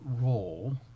role